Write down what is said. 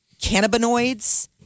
cannabinoids